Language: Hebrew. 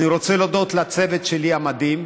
אני רוצה להודות לצוות שלי, המדהים: